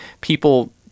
People